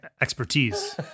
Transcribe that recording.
expertise